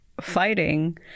fighting